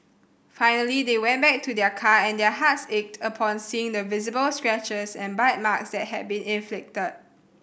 finally they went back to their car and their hearts ached upon seeing the visible scratches and bite marks that had been inflicted